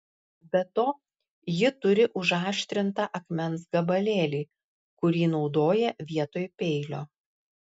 be to ji turi užaštrintą akmens gabalėlį kurį naudoja vietoj peilio